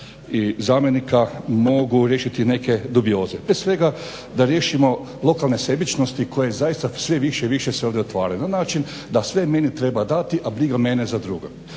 i zamjenika mogu riješiti neke dubioze. Prije svega da riješimo lokalne sebičnosti koje zaista sve više i više se ovdje otvaraju na način da sve meni treba dati, a briga mene za druge.